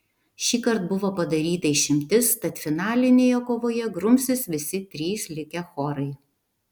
šįkart buvo padaryta išimtis tad finalinėje kovoje grumsis visi trys likę chorai